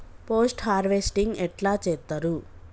Post harvesting ఎట్ల చేత్తరు?